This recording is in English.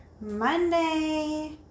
Monday